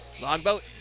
Longboat